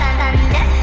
thunder